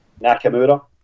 Nakamura